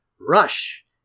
Rush